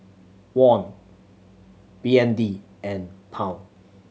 Won B N D and Pound